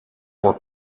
were